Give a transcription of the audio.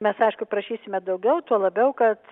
mes aišku prašysime daugiau tuo labiau kad